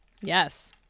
Yes